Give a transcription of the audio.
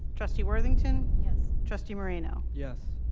trustee worthington? yes. trustee moreno? yes.